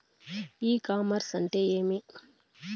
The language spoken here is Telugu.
ఇ కామర్స్ అంటే ఏమి?